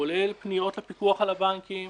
כולל פניות לפיקוח על הבנקים